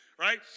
right